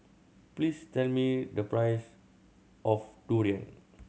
please tell me the price of durian